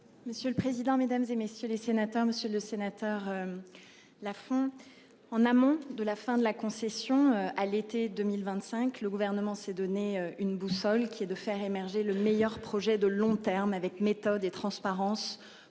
Monsieur le président, Mesdames, et messieurs les sénateurs, Monsieur le Sénateur. La font en amont de la fin de la concession à l'été 2025, le gouvernement s'est donné une boussole qui est de faire émerger le meilleur projet de long terme avec méthode et transparence